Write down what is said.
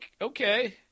okay